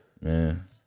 Man